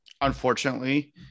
unfortunately